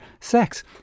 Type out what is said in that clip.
sex